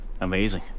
Amazing